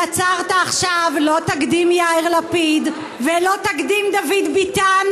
יצרת עכשיו לא תקדים יאיר לפיד ולא תקדים דוד ביטן,